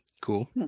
Cool